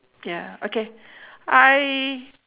ya okay I